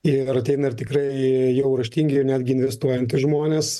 ir ateina ir tikrai jau raštingi ir netgi investuojantys žmonės